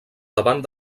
davant